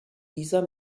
dieser